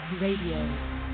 RADIO